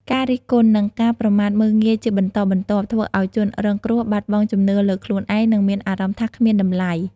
ការរិះគន់ និងការប្រមាថមើលងាយជាបន្តបន្ទាប់ ធ្វើឲ្យជនរងគ្រោះ បាត់បង់ជំនឿលើខ្លួនឯង និងមានអារម្មណ៍ថាគ្មានតម្លៃ។